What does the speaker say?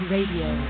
Radio